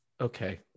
Okay